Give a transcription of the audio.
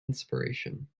inspiration